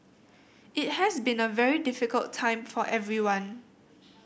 it has been a very difficult time for everyone